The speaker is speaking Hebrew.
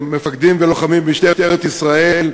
מפקדים ולוחמים ממשטרת ישראל,